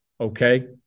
okay